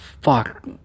fuck